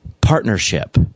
Partnership